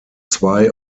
zwei